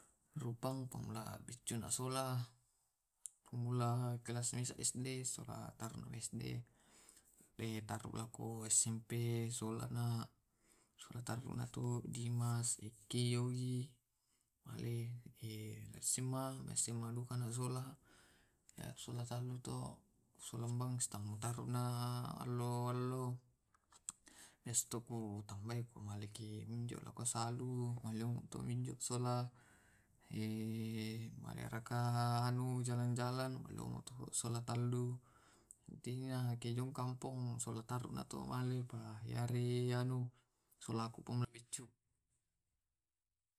Di mana mana deng tau pinrang, tau ulukunba, dengaseng dipacarita. Belli kelas makuru to tui kinnongkrong tuki mangaku solang laoki di kosnya garaga nasi goreng salang seta silong seniorta, maguruki diseniorta, makapeki diseng kalai tangasang, makape ki diseng kalaeng duka. Matolo tebukaki kedaki